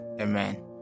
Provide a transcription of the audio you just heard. Amen